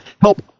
help